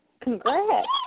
Congrats